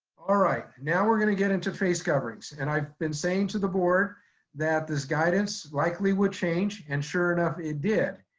now we're gonna get into face coverings. and i've been saying to the board that this guidance likely would change and sure enough it did.